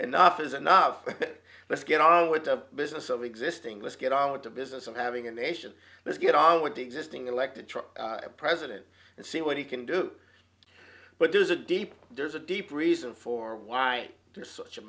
up is enough let's get on with the business of existing let's get on with the business of having a nation let's get on with the existing elected a president and see what he can do but there's a deep there's a deep reason for why there's such a